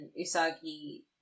Usagi